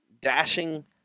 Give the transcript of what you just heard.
dashing